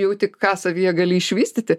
jauti ką savyje gali išvystyti